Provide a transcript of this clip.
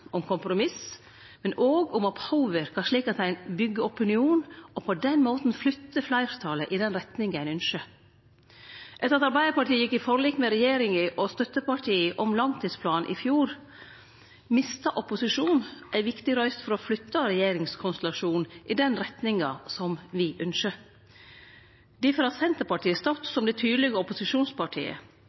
om kompromiss, men òg om å påverka, slik at ein byggjer opinion og på den måten flyttar fleirtalet i den retninga ein ynskjer. Etter at Arbeidarpartiet gjekk i forlik med regjeringa og støttepartia om langtidsplanen i fjor, mista opposisjonen ei viktig røyst for å flytte regjeringskonstellasjonen i den retninga me ynskjer. Difor har Senterpartiet stått som det tydelege opposisjonspartiet.